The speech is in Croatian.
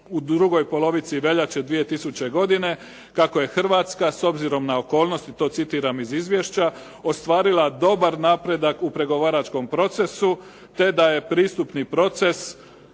u drugoj polovici veljače 2000. godine kako je Hrvatska s obzirom na okolnosti, to citiram iz izvješća, ostvarila dobar napredak u pregovaračkom procesu, te da je pristupni proces